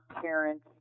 parents